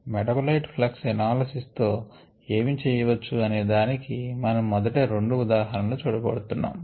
metabolite flux analysis తో ఏమి చేయచ్చు అనే దానికి మనం మొదట రెండు ఉదాహరణలు చూడ బోతున్నాము